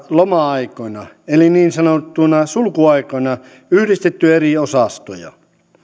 loma aikoina eli niin sanottuina sulkuaikoina yhdistetty eri osastoja